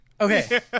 Okay